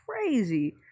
crazy